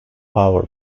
power